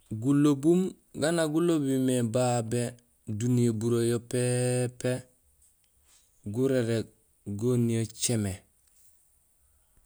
Gulobuum gaana gulobimé babé duniya buronyo péépé gurérég goniyee cémé